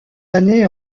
années